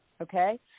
okay